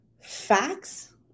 facts